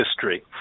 history